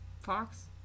fox